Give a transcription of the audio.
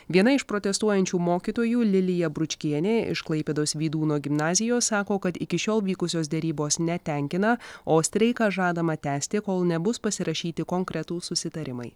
viena iš protestuojančių mokytojų lilija bručkienė iš klaipėdos vydūno gimnazijos sako kad iki šiol vykusios derybos netenkina o streiką žadama tęsti kol nebus pasirašyti konkretūs susitarimai